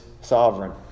sovereign